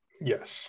Yes